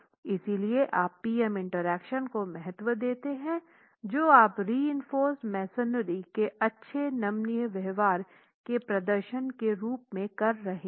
इसलिए आप P M interaction को महत्व देते हैं जो आप रिइंफोर्स मेसनरी के अच्छे नमनीय व्यवहार के प्रदर्शन के रूप में कर रहे हैं